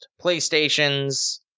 Playstations